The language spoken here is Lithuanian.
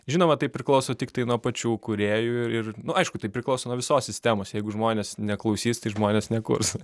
žinoma tai priklauso tiktai nuo pačių kūrėjų ir aišku tai priklauso nuo visos sistemos jeigu žmonės neklausys tai žmonės nekurs